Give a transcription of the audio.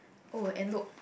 oh and look